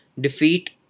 defeat